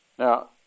Now